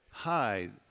Hi